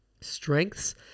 Strengths